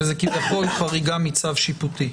שזה כביכול חריגה מצו שיפוטי,